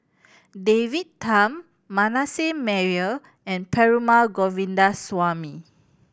David Tham Manasseh Meyer and Perumal Govindaswamy